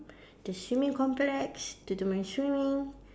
the swimming complex to do my swimming